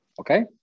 okay